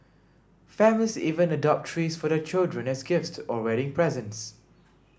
families even adopt trees for their children as gifts or wedding presents